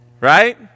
Right